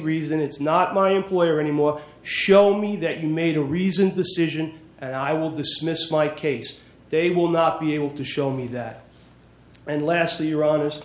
reason it's not my employer anymore show me that you made a reasoned decision and i will dismiss my case they will not be able to show me that and lastly your honest